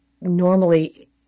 normally